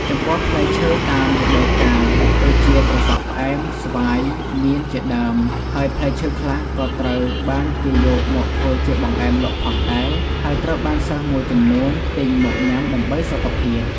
ចំពោះផ្លែឈើតាមរដូវកាល ដូចជាត្រសក់ផ្អែម ស្វាយ មៀន ជាដើម ហើយផ្លែឈើខ្លះក៏ត្រូវបានគេយកមកធ្វើជាបង្អែមលក់ផងដែរ ហើយត្រូវបានសិស្សមួយចំនួនទិញមកញ៉ាំដើម្បីសុខភាព។